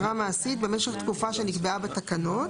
החוק.